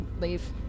leave